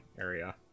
area